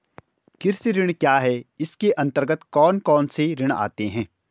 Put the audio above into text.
कृषि ऋण क्या है इसके अन्तर्गत कौन कौनसे ऋण आते हैं?